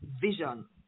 vision